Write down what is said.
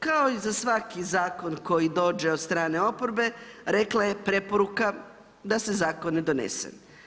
Kao i za svaki zakon koji dođe od strane oporbe rekla je preporuka da se zakon ne donese.